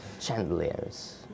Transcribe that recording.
Chandeliers